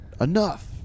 enough